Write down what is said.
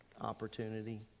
opportunity